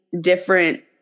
different